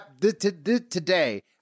Today